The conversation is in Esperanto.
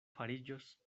fariĝos